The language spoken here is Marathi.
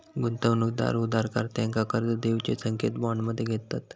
गुंतवणूकदार उधारकर्त्यांका कर्ज देऊचे संकेत बॉन्ड मध्ये होतत